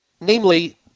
Namely